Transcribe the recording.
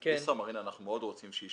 ישראמרין אנחנו רוצים מאוד שיישארו.